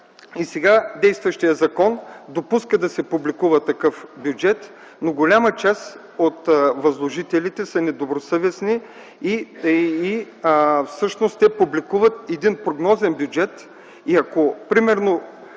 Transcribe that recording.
И сега действащият закон допуска да се публикува такъв бюджет, но голяма част от възложителите са недобросъвестни и всъщност те публикуват един прогнозен бюджет. Ако примерно